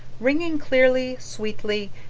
ringing clearly, sweetly,